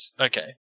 Okay